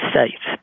States